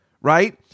right